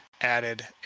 added